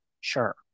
Sure